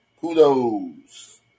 Kudos